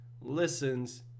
listens